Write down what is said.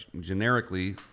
generically